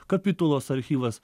kapitulos archyvas